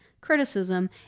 criticism